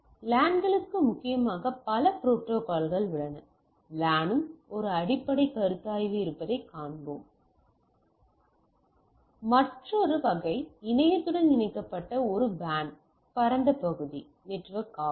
லேன்களுக்கு முக்கியமாக பல ப்ரோட்டோக்காள்கள் உள்ளன லேனுக்கு ஒரு அடிப்படை கருத்தாய்வு இருப்பதைக் காண்போம் மற்றொரு வகை இணையத்துடன் இணைக்கப்பட்ட ஒரு WAN பரந்த பகுதி நெட்வொர்க் ஆகும்